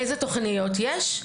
איזה תוכניות יש?